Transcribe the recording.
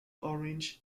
orange